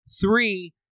three